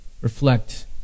reflect